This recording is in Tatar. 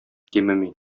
кимеми